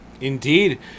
Indeed